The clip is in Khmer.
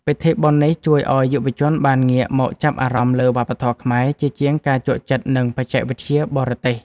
ពិធីបុណ្យនេះជួយឱ្យយុវជនបានងាកមកចាប់អារម្មណ៍លើវប្បធម៌ខ្មែរ ជាជាងការជក់ចិត្តនឹងបច្ចេកវិទ្យាបរទេស។